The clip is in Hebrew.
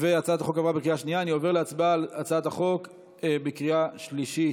הצעת החוק עברה בקריאה שנייה.